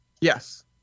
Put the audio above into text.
Yes